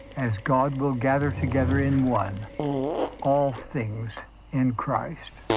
as god will gather together in one all things in christ